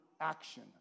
action